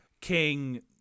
King